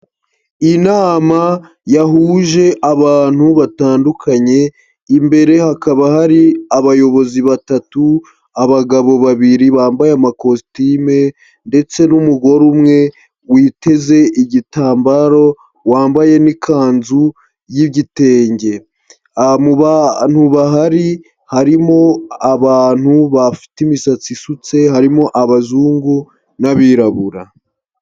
Inama yahuje abantu batandukanye, imbere hakaba hari abayobozi batatu, abagabo babiri bambaye amakositime ndetse n'umugore umwe witeze igitambaro wambaye n'ikanzu y'igitenge. Mu bantu bahari harimo abantu bafite imisatsi isutse, harimo abazungu n'abirabura.